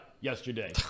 yesterday